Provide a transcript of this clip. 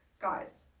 Guys